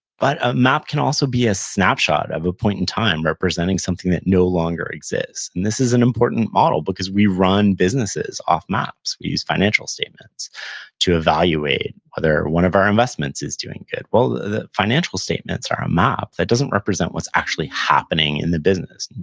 but a map can also be a snapshot of a point in time representing something that no longer exists, and this is an important model because we run businesses off maps. we use financial statements to evaluate whether one of our investments is doing good well, the financial statements are a map. that doesn't represent what's actually happening in the business.